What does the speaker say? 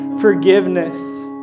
forgiveness